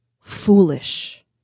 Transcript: foolish